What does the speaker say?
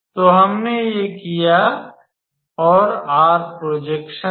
तो हमने ये किया है और R प्रोजेक्शन है